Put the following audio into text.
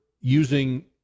using